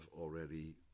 already